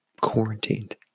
Quarantined